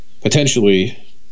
potentially